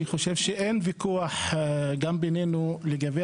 אני חושב שאין ויכוח גם בינינו לגבי